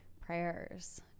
prayers